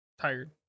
Tired